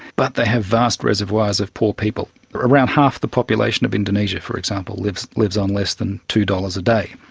but they have vast reservoirs of poor people. around half the population of indonesia, for example, lives lives on less than two dollars a day.